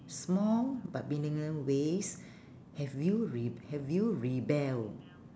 small but meaningless ways have you re~ have you rebel